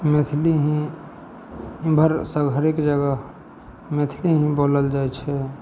मैथिलीमे इमहर तऽ हरेक जगह मैथिलीमे बोलल जाइ छै